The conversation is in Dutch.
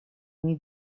niet